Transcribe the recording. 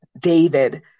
David